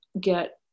get